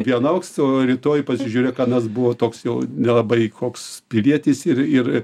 vienoks o rytoj pasižiūrėk anas buvo toks jau nelabai koks pilietis ir ir